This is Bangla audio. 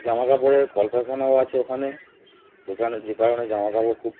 জামাকাপড়ের কলকারখানাও আছে ওখানে যেখানে যে কারণে জামাকাপড় খুব